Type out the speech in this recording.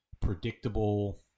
predictable